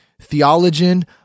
theologian